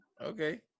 Okay